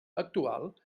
actual